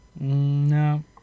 No